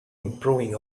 improving